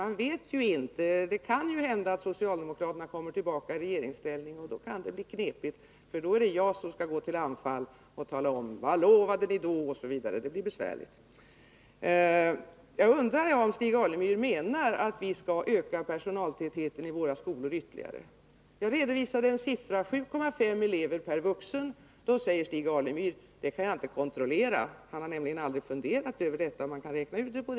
Man vet ju inte, det kan ju hända att socialdemokraterna kommer tillbaka i regeringsställning, och då kan det bli knepigt, för då är det jag som skall gå till anfall och tala om vad ni lovade då och då, osv. Det blir besvärligt. Jag undrar om Stig Alemyr menar att vi ytterligare skall öka personaltätheten i våra skolor. Jag redovisade en siffra, 7,5 elever per vuxen, varpå Stig Alemyr sade: Det kan jag inte kontrollera. Han har nämligen aldrig funderat över om det går att räkna ut detta.